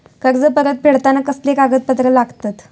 कर्ज परत फेडताना कसले कागदपत्र लागतत?